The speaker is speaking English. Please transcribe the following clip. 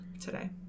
today